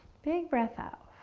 big breath out.